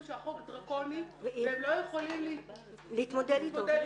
שהחוק דרקוני והם לא יכולים להתמודד איתו.